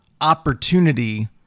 opportunity